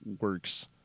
works